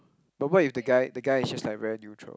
but what if the guy the guy is just like very neutral